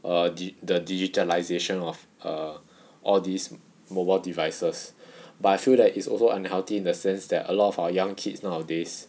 err the the digitalisation of err all these mobile devices but I feel that it's also unhealthy in the sense that a lot of our young kids nowadays